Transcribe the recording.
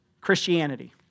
Christianity